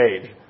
age